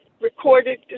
recorded